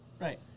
Right